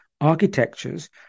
architectures